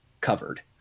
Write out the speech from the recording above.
covered